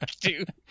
dude